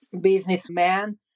businessman